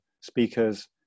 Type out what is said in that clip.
speakers